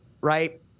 right